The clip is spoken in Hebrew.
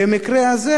במקרה הזה,